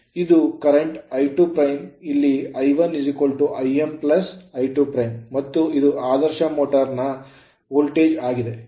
ಇದು ಪ್ರಸ್ತುತ I2 ಇಲ್ಲಿ I1 Im I2' ಮತ್ತು ಇದು ಆದರ್ಶ ಮೋಟರ್ ನ ವೋಲ್ಟೇಜ್ ಆಗಿದೆ